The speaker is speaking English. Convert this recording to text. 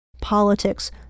politics